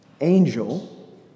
angel